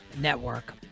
Network